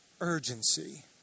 urgency